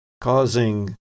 causing